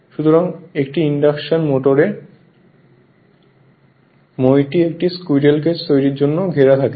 সুতরাং একটি ইন্ডাকশন মোটরে মইটি একটি স্কুইরেল কেজ তৈরির জন্য ঘেরা থাকে